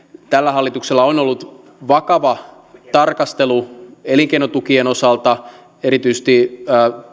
tällä hallituksella on ollut vakava tarkastelu elinkeinotukien osalta erityisesti